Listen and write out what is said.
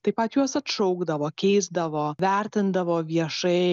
taip pat juos atšaukdavo keisdavo vertindavo viešai